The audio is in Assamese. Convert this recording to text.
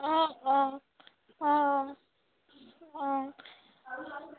অঁ অঁ অঁ অঁ